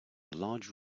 large